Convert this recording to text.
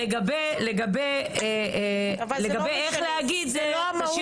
אבל זה לא משנה, זה לא המהות זו הפרוצדורה.